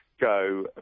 go